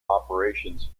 operations